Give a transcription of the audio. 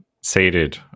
sated